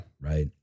Right